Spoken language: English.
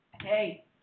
Hey